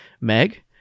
Meg